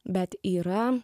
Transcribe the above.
bet yra